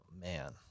man